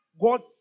God